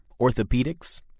orthopedics